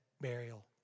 burial